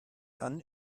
dann